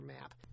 map